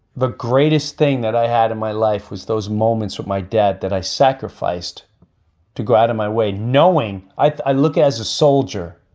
the greatest thing that i had in my life was those moments with my dad that i sacrificed to go out of my way knowing i look as a soldier.